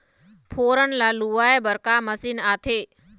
फोरन ला लुआय बर का मशीन आथे?